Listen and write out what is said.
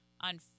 on